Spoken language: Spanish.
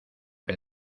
que